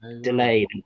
delayed